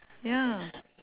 ya